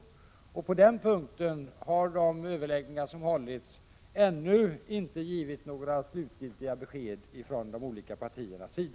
På den punkten har de överläggningar som har hållits ännu inte givit några slutgiltiga besked från de olika partiernas sida.